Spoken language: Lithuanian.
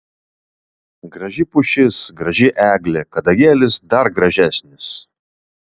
graži pušis graži eglė kadagėlis dar gražesnis